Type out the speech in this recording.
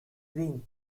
green